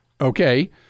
Okay